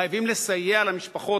חייבים לסייע למשפחות.